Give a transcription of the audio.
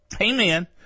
Amen